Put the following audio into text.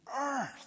earth